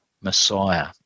Messiah